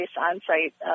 on-site